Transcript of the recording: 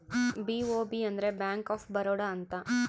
BOB ಅಂದ್ರ bank of Baroda ಅಂತ